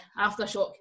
aftershock